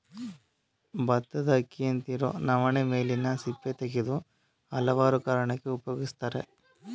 ಬತ್ತದ ಅಕ್ಕಿಯಂತಿರೊ ನವಣೆ ಮೇಲಿನ ಸಿಪ್ಪೆ ತೆಗೆದು ಹಲವಾರು ಕಾರಣಕ್ಕೆ ಉಪಯೋಗಿಸ್ತರೆ